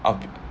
I'll be